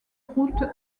route